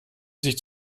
sich